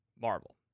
marvel